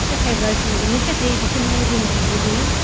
फोरोंब्ला जिनो फोरोङो बेखोनो रोङोबो बे